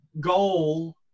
goal